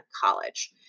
college